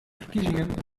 verkiezingen